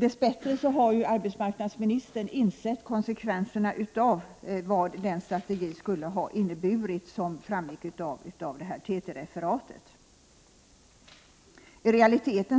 Dess bättre har arbetsmarknadsministern insett vad den strategi som framgick av TT-referatet skulle ha inneburit.